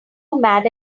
mad